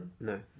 No